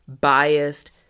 biased